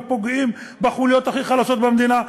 ופוגעים בחוליות הכי חלשות במדינה.